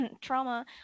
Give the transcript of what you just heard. trauma